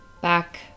back